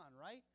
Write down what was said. right